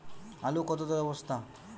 আলু কত করে বস্তা?